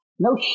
No